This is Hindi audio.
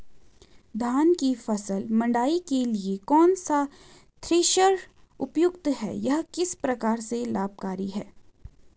धान की फसल मड़ाई के लिए कौन सा थ्रेशर उपयुक्त है यह किस प्रकार से लाभकारी है?